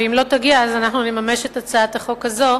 ואם לא תגיע אז אנחנו נממש את הצעת החוק הזאת,